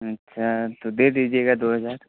अच्छा तो दे दीजिएगा दो हज़ार